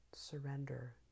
surrender